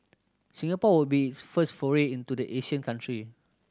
Singapore would be its first foray into the Asian country